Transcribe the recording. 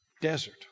Desert